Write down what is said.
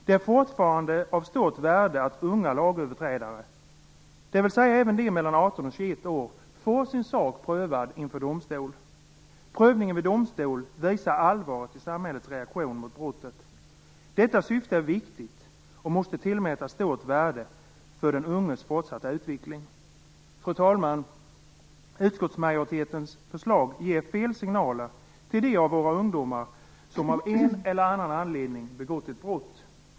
Det är fortfarande av stort värde att unga lagöverträdare, dvs. även de mellan 18 och 21 år, får sin sak prövad inför domstol. Prövningen vid domstol visar på allvaret i samhällets reaktion mot brottet. Detta syfte är viktigt och måste tillmätas stort värde för den unges fortsatta utveckling. Utskottsmajoritetens förslag ger fel signaler till dem av våra ungdomar som av en eller annan anledning har begått ett brott.